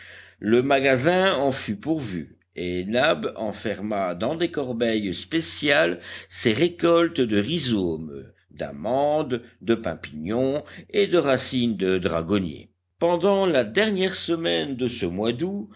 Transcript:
le magasin en fut pourvu et nab enferma dans des corbeilles spéciales ses récoltes de rhizomes d'amandes de pin pignon et de racines de dragonnier pendant la dernière semaine de ce mois d'août